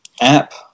app